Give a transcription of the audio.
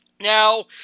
Now